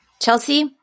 Chelsea